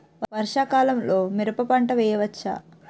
వర్షాకాలంలో మిరప పంట వేయవచ్చా?